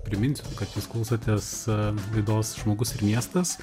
priminsiu kad jūs klausotės laidos žmogus ir miestas